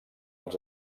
els